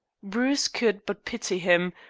bruce could but pity him,